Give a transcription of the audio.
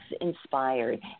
inspired